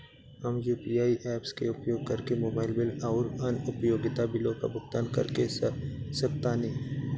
हम UPI apps के उपयोग करके मोबाइल बिल आउर अन्य उपयोगिता बिलों का भुगतान कर सकतानी